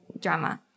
drama